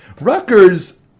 Rutgers